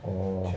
orh